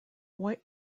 white